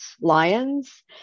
lions